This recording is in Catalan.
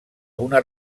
una